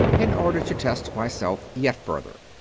in order to test myself yet further.